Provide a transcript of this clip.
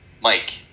Mike